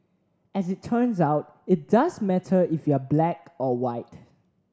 as it turns out it does matter if you're black or white